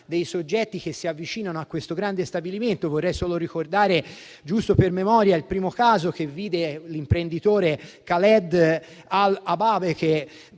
dei soggetti che si avvicinano a questo grande stabilimento. Vorrei solo ricordare, giusto per memoria, il primo caso che vide l'imprenditore Khaled al